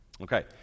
Okay